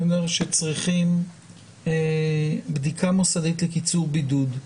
שצריכים בדיקה מוסדית לקיצור בידוד,